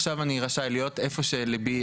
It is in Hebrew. עכשיו אני רשאי להיות איפה שליבי